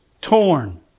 torn